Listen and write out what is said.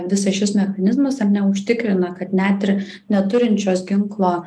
visas šis mechanizmas ar ne užtikrina kad net ir neturinčios ginklo